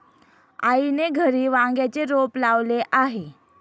आईने घरी वांग्याचे रोप लावले आहे